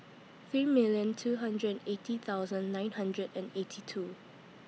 three million two hundred eighty thousand nine hundred and eighty two